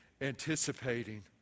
anticipating